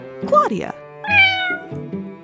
Claudia